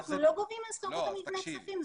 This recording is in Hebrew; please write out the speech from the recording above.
אנחנו לא גובים על שכירות המבנה כספים,